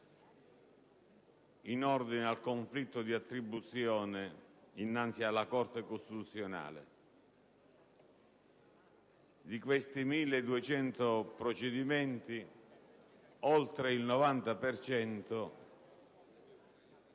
in ordine al conflitto di attribuzione innanzi alla Corte costituzionale. Di questi 1.200 procedimenti, oltre il 90